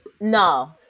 No